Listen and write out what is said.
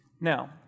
Now